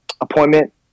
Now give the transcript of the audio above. appointment